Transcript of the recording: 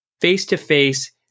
Face-to-face